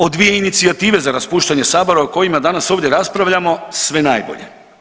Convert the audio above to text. Od dvije inicijative za raspuštanje sabora o kojima danas ovdje raspravljamo sve nabolje.